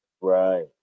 Right